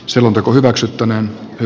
selonteko hyväksyttäneen jo